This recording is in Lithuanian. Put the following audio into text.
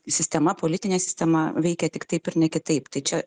sistema politinė sistema veikia tik taip ir ne kitaip tai čia